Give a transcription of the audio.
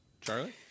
Charlie